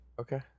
Okay